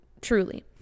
truly